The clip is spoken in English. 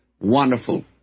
wonderful